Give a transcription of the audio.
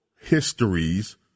histories